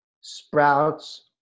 Sprouts